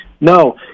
No